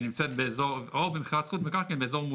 או במכירת זכות במקרקעין באזור מוטב.